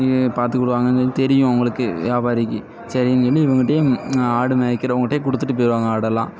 பார்த்துக்குடுவாங்கனு தெரியும் அவங்களுக்கு வியாபாரிக்கு சரிங்கன்னு இவங்கட்டேயே இவங்க நான் ஆடு மேய்க்கிறவங்கிட்டேயே கொடுத்துட்டு போயிருவாங்க ஆடெல்லாம்